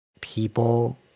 people